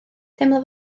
teimlaf